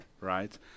right